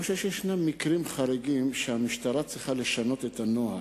אבל ישנם מקרים חריגים שבהם המשטרה צריכה לשנות את הנוהל.